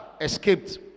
escaped